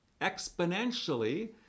exponentially